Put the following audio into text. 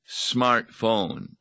smartphone